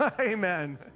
Amen